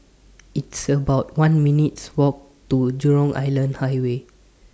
It's about one minutes' Walk to Jurong Island Highway